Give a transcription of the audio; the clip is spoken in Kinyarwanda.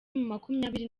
makumyabiri